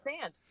sand